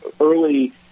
early